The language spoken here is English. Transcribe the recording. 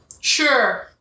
Sure